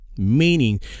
Meaning